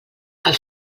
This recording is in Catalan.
els